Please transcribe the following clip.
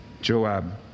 Joab